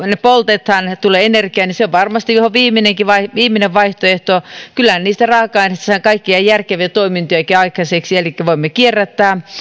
ne poltetaan tulee energiaa on varmasti viimeinen vaihtoehto kyllä niistä raaka aineista saa kaikkia järkeviä toimintojakin aikaiseksi elikkä voimme kierrättää